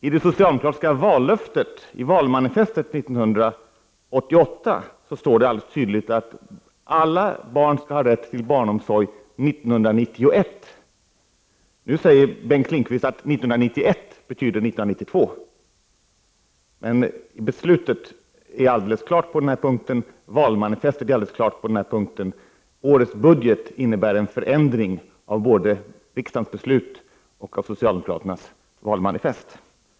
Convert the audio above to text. I det socialdemokratiska vallöftet i valmanifestet 1988 står det alldeles tydligt att alla barn skall ha rätt till barnomsorg 1991. Nu säger Bengt Lindqvist att 1991 betyder 1992. Men beslutet och valmanifestet är helt klara på den punkten. Årets budget innebär en förändring av både riksdagens beslut och socialdemokraternas valmanifest.